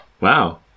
Wow